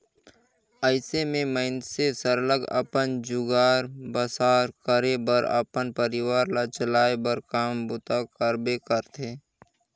अइसे में मइनसे सरलग अपन गुजर बसर करे बर अपन परिवार ल चलाए बर काम बूता करबे करथे